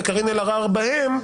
וקארין אלהרר בהם,